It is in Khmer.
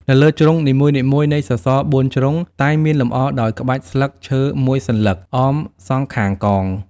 នៅលើជ្រុងនីមួយៗនៃសសរ ៤ ជ្រុង តែងមានលម្អដោយក្បាច់ស្លឹកឈើមួយសន្លឹក អមសងខាងកង។